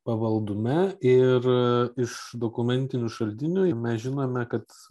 pavaldume ir iš dokumentinių šaltinių mes žinome kad